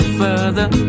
further